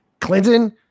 Clinton